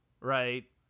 Right